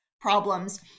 problems